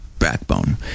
backbone